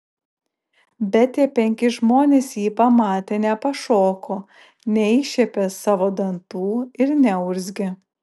bet tie penki žmonės jį pamatę nepašoko neiššiepė savo dantų ir neurzgė